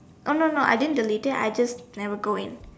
oh no no I didn't delete it I just never go in